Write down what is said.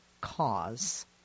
cause